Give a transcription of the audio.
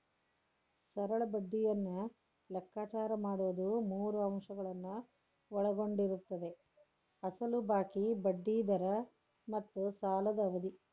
ಸರಳ ಬಡ್ಡಿಯನ್ನು ಲೆಕ್ಕಾಚಾರ ಮಾಡುವುದು ಮೂರು ಅಂಶಗಳನ್ನು ಒಳಗೊಂಡಿರುತ್ತದೆ ಅಸಲು ಬಾಕಿ, ಬಡ್ಡಿ ದರ ಮತ್ತು ಸಾಲದ ಅವಧಿ